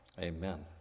amen